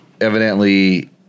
evidently